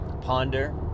ponder